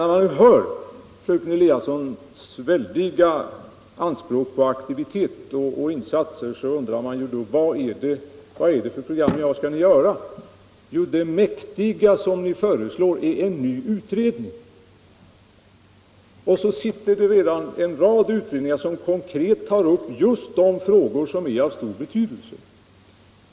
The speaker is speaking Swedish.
När man hör fröken Eliassons väldiga anspråk på aktivitet och insatser undrar man vad det är för program som hon vill ha. Jo, det som föreslås är en ny utredning. Ändå pågår en rad utredningar, som tar upp just sådana frågor som är av stor betydelse.